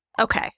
Okay